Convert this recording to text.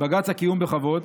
בג"ץ הקיום בכבוד,